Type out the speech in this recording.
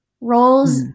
roles